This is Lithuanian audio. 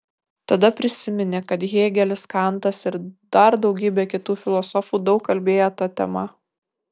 tada prisiminė kad hėgelis kantas ir dar daugybė kitų filosofų daug kalbėję ta tema